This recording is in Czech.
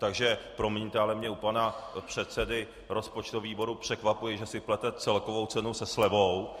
Takže promiňte, ale mně u pana předsedy rozpočtového výboru překvapuje, že si plete celkovou cenu se slevou.